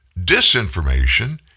Disinformation